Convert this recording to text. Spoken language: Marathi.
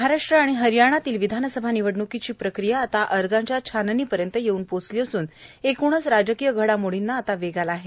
महाराष्ट्र आणि हरियाणातील विधानसभा निवडणूकीची प्रक्रिया आता अर्जांच्या छाणणी पर्यंत येऊन पोहचली असून एकूणच राजकीय घडामोडींना आता वेग आला आहे